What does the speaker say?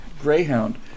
Greyhound